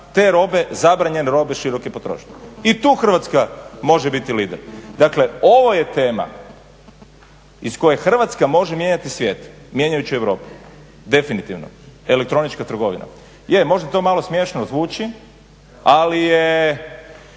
te robe, zabranjene robe široke potrošnje i tu Hrvatska može biti lider. Dakle, ovo je tema iz koje Hrvatska može mijenjati svijet mijenjajući Europu. Definitivno, elektronička trgovina. Je možda to malo smiješno zvuči, ali je